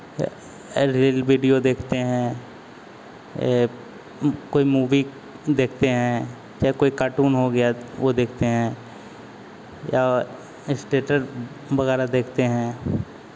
reel video देखते हैं कोई मूवी देखते हैं चाहे कोई कार्टून हो गया वो देखते हैं या स्टेटस वगैरह देखते हैं